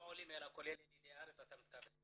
לא עולים אלא כולל ילידי הארץ אתה מתכוון.